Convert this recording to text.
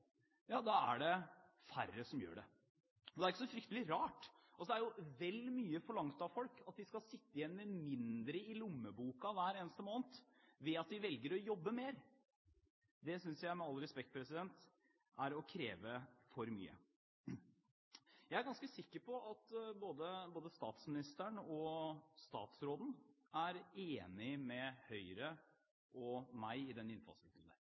ja da er det færre som gjør det. Det er ikke så fryktelig rart. Det er jo vel mye forlangt av folk at de skal sitte igjen med mindre i lommeboka hver eneste måned ved at de velger å jobbe mer. Det synes jeg med all respekt er å kreve for mye. Jeg er ganske sikker på at både statsministeren og statsråden er enige med Høyre og meg i den